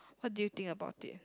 what do you think about it